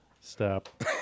Stop